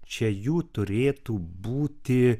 čia jų turėtų būti